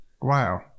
Wow